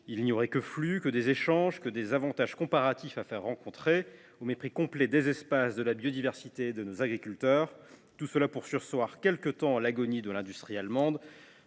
il n’y aurait que flux, échanges et avantages comparatifs à faire se rencontrer, au mépris complet des espaces, de la biodiversité et de nos agriculteurs, le tout pour surseoir quelque temps à l’agonie de l’industrie allemande.